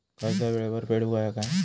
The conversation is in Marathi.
कर्ज येळेवर फेडूक होया काय?